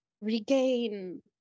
regain